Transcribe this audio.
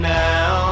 now